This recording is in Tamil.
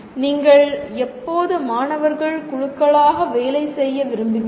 நீங்கள் எப்போது மாணவர்கள் குழுக்களாக வேலை செய்ய விரும்புகிறீர்கள்